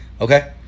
Okay